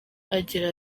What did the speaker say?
agira